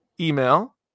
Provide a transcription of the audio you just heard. email